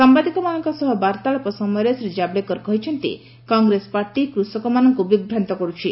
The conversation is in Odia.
ସାମ୍ବାଦିକମାନଙ୍କ ସହ ବାର୍ତ୍ତାଳାପ ସମୟରେ ଶ୍ରୀ ଜାବଡେକର କହିଛନ୍ତି କଂଗ୍ରେସ ପାର୍ଟି କୃଷକମାନଙ୍କୁ ବିଭ୍ରାନ୍ତ କରୁଛି